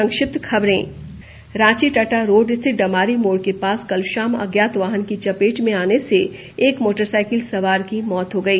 संक्षिप्त खबरें रांची टाटा रोड स्थित डमारी मोड़ के पास कल शाम अज्ञात वाहन की चपेट में आने से एक मोटरसाइकिल सवार की मौत हो गई